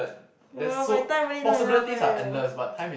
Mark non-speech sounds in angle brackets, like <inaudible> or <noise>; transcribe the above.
<noise> my time really not enough eh